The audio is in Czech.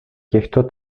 těchto